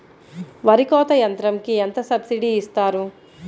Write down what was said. వరి కోత యంత్రంకి ఎంత సబ్సిడీ ఇస్తారు?